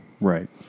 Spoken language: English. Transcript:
Right